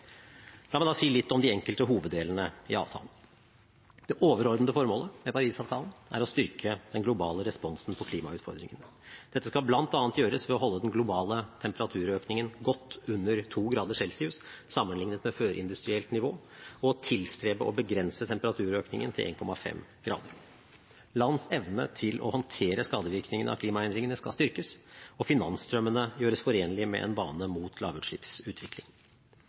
La meg si litt om de enkelte hoveddelene i avtalen. Det overordnede formålet med Paris-avtalen er å styrke den globale responsen på klimautfordringene. Dette skal bl.a. gjøres ved å holde den globale temperaturøkningen godt under 2 grader celsius sammenlignet med før-industrielt nivå og tilstrebe å begrense temperaturøkningen til 1,5 grader. Lands evne til å håndtere skadevirkningene av klimaendringene skal styrkes, og finansstrømmene gjøres forenlige med en bane mot lavutslippsutvikling.